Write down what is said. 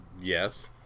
Yes